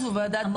כן,